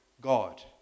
God